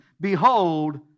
Behold